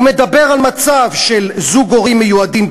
הוא מדבר על מצב של זוג הורים מיועדים,